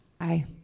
Aye